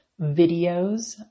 videos